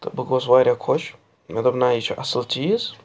تہٕ بہٕ گوس وارِیٖاہ خۄش مےٚ دوٚپ نَہ یہِ چھُ اصٕل چیٖز